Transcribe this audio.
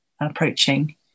approaching